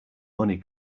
money